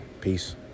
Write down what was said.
Peace